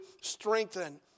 strengthen